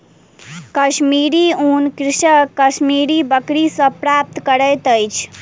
कश्मीरी ऊन कृषक कश्मीरी बकरी सॅ प्राप्त करैत अछि